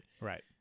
Right